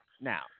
now